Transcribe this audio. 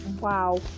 wow